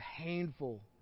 painful